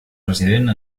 resident